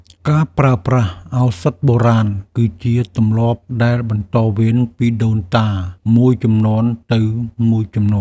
ការប្រើប្រាស់ឱសថបុរាណគឺជាទម្លាប់ដែលបន្តវេនពីដូនតាមួយជំនាន់ទៅមួយជំនាន់។